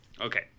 Okay